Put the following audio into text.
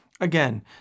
Again